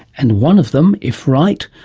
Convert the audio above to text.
and one of them, if right,